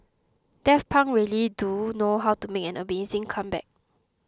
Daft Punk really do know how to make an amazing comeback